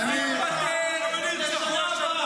די, בר-כוכבא, משיח השקר.